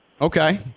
Okay